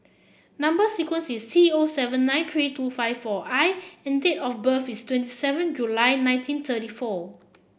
number sequence is T O seven nine three two five four I and date of birth is twenty seven July nineteen thirty four